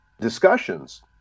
discussions